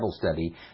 study